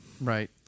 Right